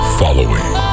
following